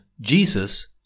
Jesus